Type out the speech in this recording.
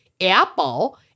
apple